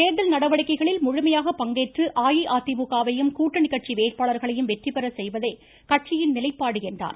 தேர்தல் நடவடிக்கைகளில் முழுமையாக பங்கேற்று அஇஅதிமுகவையும் கூட்டணி கட்சி வேட்பாளர்களையும் வெற்றி பெறச்செய்வதே கட்சியின் நிலைப்பாடு என்றார்